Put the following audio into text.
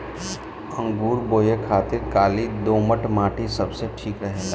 अंगूर बोए खातिर काली दोमट माटी सबसे ठीक रहेला